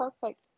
perfect